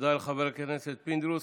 תודה לחבר הכנסת פינדרוס.